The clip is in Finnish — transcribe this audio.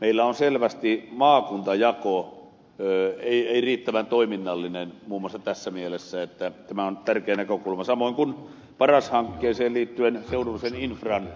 meillä ei selvästikään maakuntajako ole riittävän toiminnallinen muun muassa tässä mielessä niin että tämä on tärkeä näkökulma samoin kuin paras hankkeeseen liittyen seudullisen infran